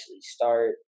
start